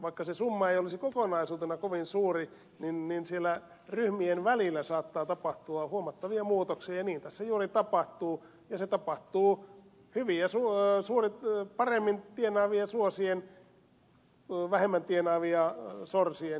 vaikka se summa ei olisi kokonaisuutena kovin suuri niin siellä ryhmien välillä saattaa tapahtua huomattavia muutoksia ja niin tässä juuri tapahtuu ja se tapahtuu pilviä suo on suuri työ paremmin tienaavia suosien vähemmän tienaavia sorsien